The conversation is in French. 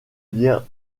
lien